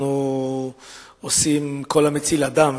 כל המציל אדם,